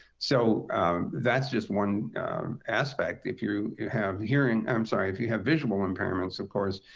so that's just one aspect. if you you have hearing i'm sorry, if you have visual impairments, of course,